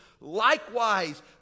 Likewise